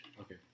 Okay